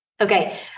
Okay